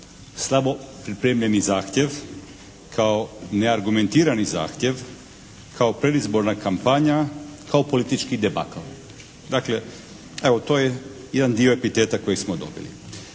slabo pripremljeni zahtjev, kao neargumentirani zahtjev, kao predizborna kampanja, kao politički debakl. Dakle, evo to je jedan dio epiteta koji smo dobili.